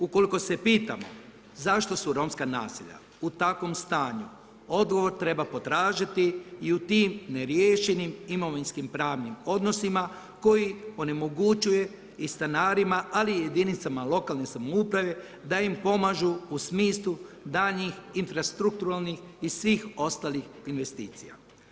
Ukoliko se pitamo zašto su romska naselja u takvom stanju, odgovor treba potražiti i u tim neriješenim imovinskim pravnim odnosima koji onemogućuju i stanarima ali i jedinicama lokalne samouprave da im pomažu u smislu daljnjih infrastrukturalnih i svih ostali investicija.